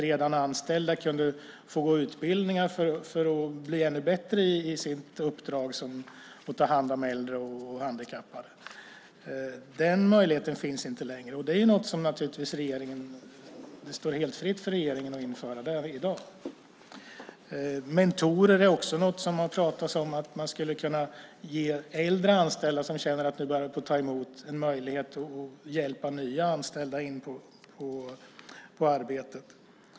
Redan anställda kunde få gå utbildningar för att bli ännu bättre i sitt uppdrag att ta hand om äldre och handikappade. Den möjligheten finns inte längre. Det står naturligtvis helt fritt för regeringen att införa det i dag. Mentorer är något som det har pratats om. Man skulle kunna ge äldre anställda som känner att det börjar ta emot en möjlighet att hjälpa nya anställda in på arbetet.